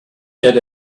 get